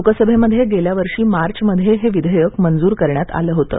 लोकसभेमध्ये गेल्या वर्षी मार्चमध्ये हे विधेयक मंजूर करण्यात आलं होतं